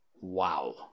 Wow